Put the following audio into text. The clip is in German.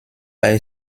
bei